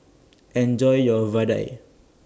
Enjoy your Vadai